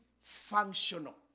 functional